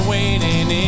Waiting